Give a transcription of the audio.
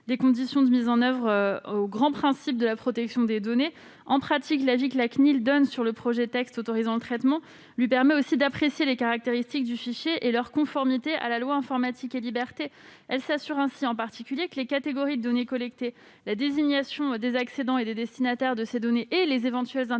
des conditions de leur mise en oeuvre. En pratique, l'avis que la CNIL donne sur le projet de texte autorisant le traitement lui permet aussi d'apprécier les caractéristiques du fichier et leur conformité à la loi Informatique et libertés. La CNIL s'assure ainsi, en particulier, que les catégories de données collectées, la désignation des accédants et des destinataires de ces données, ainsi que les éventuelles interconnexions,